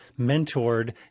mentored